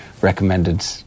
recommended